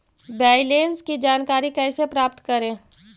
Balance की जानकारी कैसे प्राप्त करे?